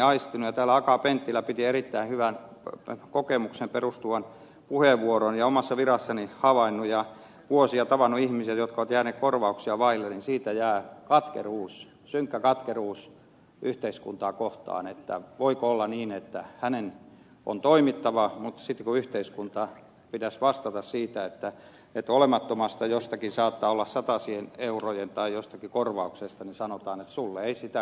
akaan penttilä piti erittäin hyvän kokemukseen perustuvan puheenvuoron omassa virassani havainnut ja kun olen vuosia tavannut ihmisiä jotka ovat jääneet korvauksia vaille niin siitä jää katkeruus synkkä katkeruus yhteiskuntaa kohtaan että voiko olla niin että hänen on toimittava mutta sitten kun yhteiskunnan pitäisi vastata vahingosta jossakin saattaa olla satojen eurojen korvauksesta kyse niin sanotaan että sinulle ei sitä kuulu